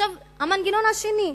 המנגנון השני: